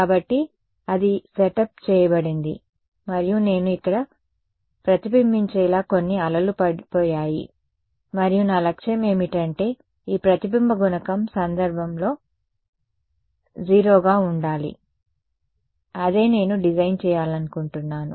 కాబట్టి అది సెటప్ చేయబడింది మరియు నేను ఇక్కడ ప్రతిబింబించేలా కొన్ని అలలు పడిపోయాయి మరియు నా లక్ష్యం ఏమిటంటే ఈ ప్రతిబింబ గుణకం భంగకరమైన సందర్భం లో 0 గా ఉండాలి అదే నేను డిజైన్ చేయాలనుకుంటున్నాను